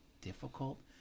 difficult